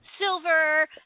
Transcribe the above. Silver